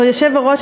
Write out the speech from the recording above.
היושב-ראש,